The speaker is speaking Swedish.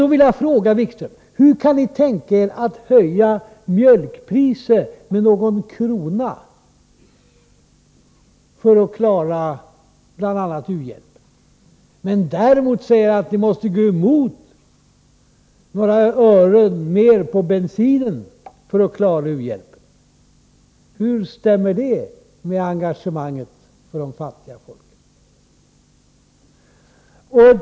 Då vill jag fråga Wikström: Hur kan ni tänka er att höja mjölkpriset med någon krona för att klara u-hjälpen, medan ni däremot säger att ni måste gå emot förslaget om några ören mer på bensinen för att klara u-hjälpen? Hur stämmer det med engagemanget för de fattiga folken?